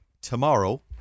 Tomorrow